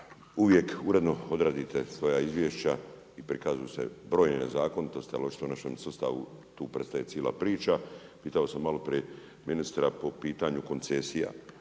Uvijek uredno odradite svoja izvješća i prikazuju se brojne nezakonitosti, ali očito našem sustavu tu prestaje cijela priča. Pitao sam maloprije ministra po pitanju koncesija.